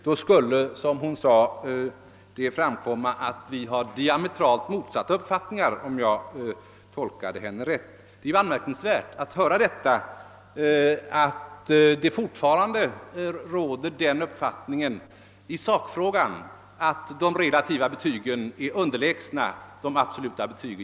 Då skulle det, som hon sade, om jag tolkade henne rätt, framkomma att vi har diametralt motsatta uppfattningar. Det är anmärkningsvärt att höra, att det fortfarande råder den uppfattningen i sakfrågan att de relativa betygen är underlägsna de absoluta.